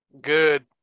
Good